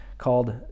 called